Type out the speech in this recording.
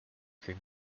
cream